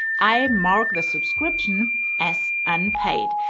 i mark the subscription as unpaid.